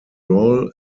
roll